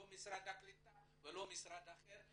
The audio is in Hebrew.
לא משרד הקליטה ולא משרד אחר,